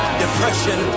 depression